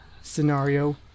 scenario